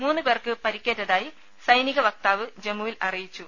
മൂന്ന് പേർക്ക് പരിക്കേറ്റതായി സൈനിക വക്താവ് ജമ്മുവിൽ അറിയിച്ചു